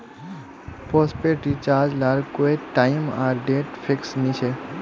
postpaid recharge लार कोए time आर डेट फिक्स नि होछे